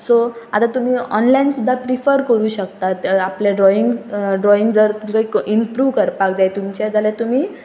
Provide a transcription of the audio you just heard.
so आतां तुमी online सुद्दां प्रिफर करूं शकतात आपलें ड्रॉइंग ड्रॉइंग जर तुमकां इम्प्रूव करपाक जाय तुमचें जाल्यार तुमी